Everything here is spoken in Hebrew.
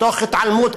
תוך התעלמות,